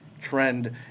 trend